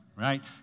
right